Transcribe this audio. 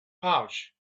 pouch